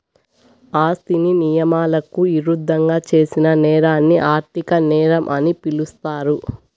ఆస్తిని నియమాలకు ఇరుద్దంగా చేసిన నేరాన్ని ఆర్థిక నేరం అని పిలుస్తారు